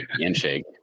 Handshake